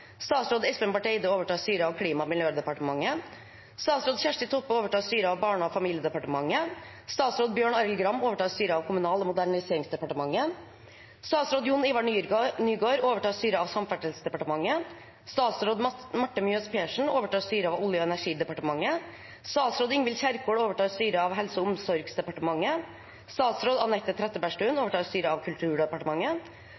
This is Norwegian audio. Statsråd Espen Barth Eide overtar styret av Klima- og miljødepartementet. Statsråd Kjersti Toppe overtar styret av Barne- og familiedepartementet. Statsråd Bjørn Arild Gram overtar styret av Kommunal- og moderniseringsdepartementet. Statsråd Jon-Ivar Nygård overtar styret av Samferdselsdepartementet. Statsråd Marte Mjøs Persen overtar styret av Olje- og energidepartementet. Statsråd Ingvild Kjerkol overtar styret av Helse- og omsorgsdepartementet. Statsråd Anette Trettebergstuen